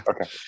Okay